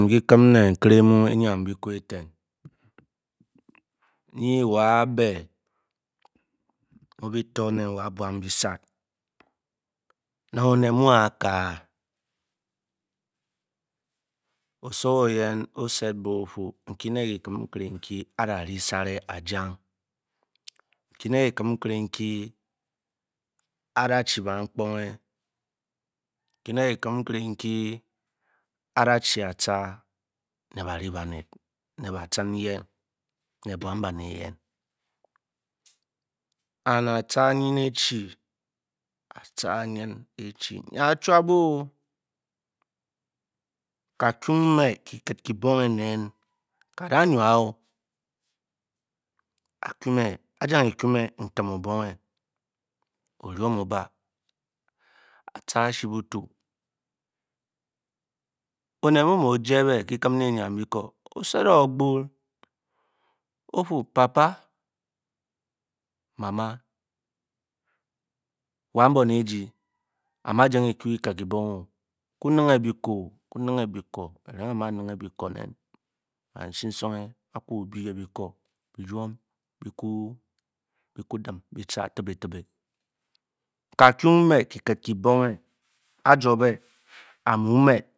Kikim ne nkire mu enyme bikoo eten nyi wa be mu bito wa bwan byi sat nang onet mu á káá osowo ofu nki ne kikim nkere a'dari sari a'jang nki né kikim nkire a'da-chi ban kpunge nkyi ne deikim nkere nki a'da-chi a-ca ne Bari banet, né bacin yeh, ne bwanbane eyen and a-ca nyu e-chi nyî a-chwapang, ka'-kung mé, kuket kybongé nen ika'da nwa-o a'jang e-ku me kiket kybongé oryium o'bá a-ce ashibutu onet mu-nnte-o-jébéng o-cenden o'fu papa mama, a'jang ekú kiket kibonge ku ninge bikõõ, kirang basi soñge ba'da bi ne byurium biku dim bica tinbẽ-tibẽ, kakung me kiket kibong a'juobe a'mu me.